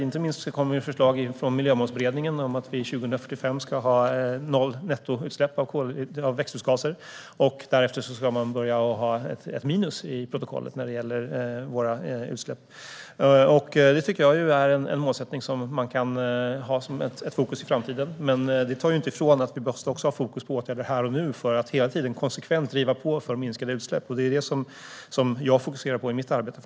Inte minst kommer förslag från Miljömålsberedningen om att vi 2045 ska ha noll nettoutsläpp av växthusgaser. Därefter ska vi börja ha minus i protokollet när det gäller våra utsläpp. Det är en målsättning man kan ha som fokus i framtiden. Men det tar inte ifrån att vi också måste ha fokus på åtgärder här och nu för att hela tiden driva på för minskade utsläpp. Det är framför allt detta jag fokuserar på i mitt arbete.